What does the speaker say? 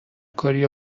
کاریو